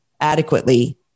adequately